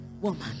woman